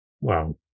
Wow